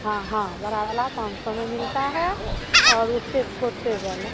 हाँ हाँ बड़ा वाला पाँच सौ में मिलता है और उससे छोटे वाला